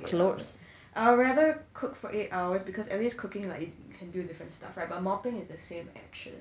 the floor for eight hours I would rather cook for eight hours because at least cooking like you can do different stuff right but mopping is the same action